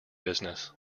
business